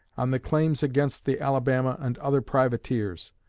on the claims against the alabama and other privateers,